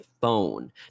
phone